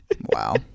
wow